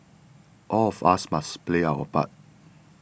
all of us must play our part